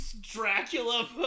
Dracula